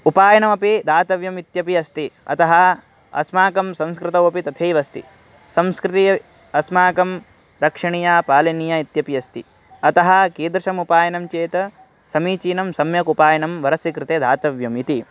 उपायनमपि दातव्यम् इत्यपि अस्ति अतः अस्माकं संस्कृतौ अपि तथैव अस्ति संस्कृतिः अस्माकं रक्षणीया पालनीया इत्यपि अस्ति अतः कीदृशम् उपायनं चेत् समीचीनं सम्यक् उपायनं वरस्य कृते दातव्यम् इति